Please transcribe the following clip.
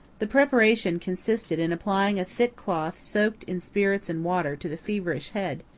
the preparation consisted in applying a thick cloth soaked in spirits and water to the feverish head,